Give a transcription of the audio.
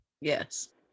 Yes